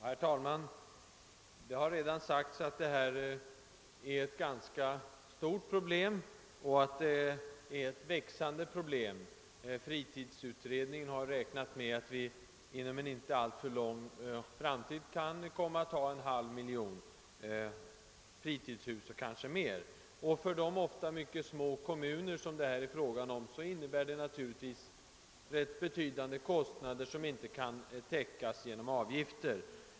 Herr talman! Det har redan sagts att den fråga vi nu behandlar utgör ett stort och växande problem — fritidsutredningen har räknat med att det inom en inte alltför avlägsen framtid kommer att finnas mer än en halv miljon fritidshus. För de ofta mycket små kommuner det är fråga om innebär detta ganska betydande kostnader som inte kan täckas genom avgifter.